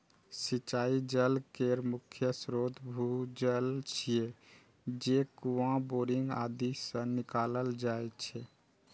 सिंचाइ जल केर मुख्य स्रोत भूजल छियै, जे कुआं, बोरिंग आदि सं निकालल जाइ छै